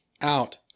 out